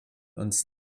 uns